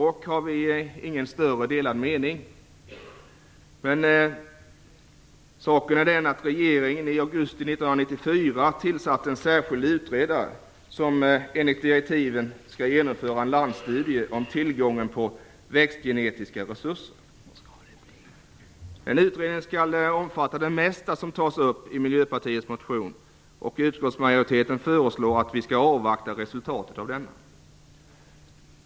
I sak har vi inga större delade meningar. Saken är den att regeringen i augusti 1994 tillsatte en särskild utredare som enligt direktiven skall genomföra en landsstudie om tillgången på växtgenetiska resurser. Den utredningen skall omfatta det mesta som tas upp i Miljöpartiets motion. Utskottsmajoriteten föreslår att vi skall avvakta resultatet av denna.